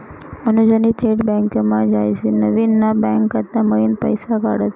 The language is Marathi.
अनुजनी थेट बँकमा जायसीन नवीन ना बँक खाता मयीन पैसा काढात